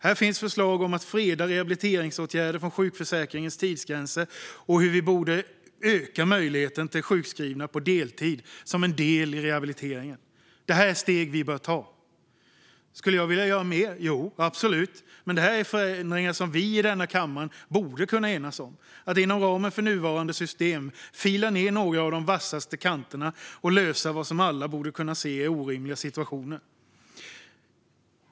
Här finns förslag om att freda rehabiliteringsåtgärder från sjukförsäkringens tidsgränser och om att öka möjligheten till sjukskrivning på deltid som en del i rehabiliteringen. Detta är steg vi bör ta. Skulle jag vilja göra mer? Absolut, men det här är förändringar som vi i denna kammare borde kunna enas om för att inom ramen för nuvarande system fila ned några av de vassaste kanterna och lösa vad alla borde kunna se är orimliga situationer.